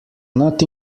not